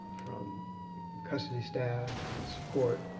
from custody staff, to support,